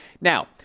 Now